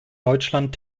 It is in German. deutschland